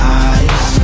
eyes